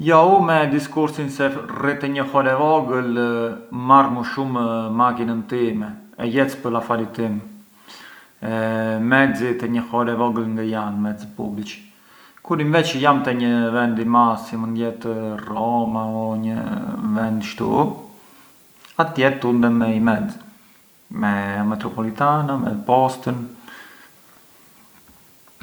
Na pincar kullurin ghrixhu më vjen per esempiu, thuhet se u ghrixhu ngë ë ne i bardh ne i zi, ë një kullur çë ngë vjemurar mosgjë, ë te gjimsa, infatti i thuhet edhe gjindes per esempiu kur ndo njeri ë grixhu skurse ngë të jep mosgjë.